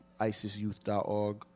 IsisYouth.org